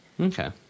Okay